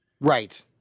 right